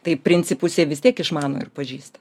taip principus jie vis tiek išmano ir pažįsta